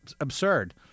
absurd